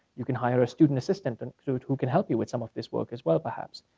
you can hire a student assistant and who can help you with some of this work as well, perhaps.